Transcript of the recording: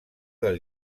del